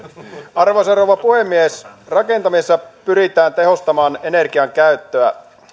arvoisa rouva puhemies rakentamisessa pyritään tehostamaan energiankäyttöä